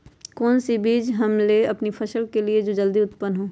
कौन सी बीज ले हम अपनी फसल के लिए जो जल्दी उत्पन हो?